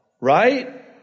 right